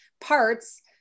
parts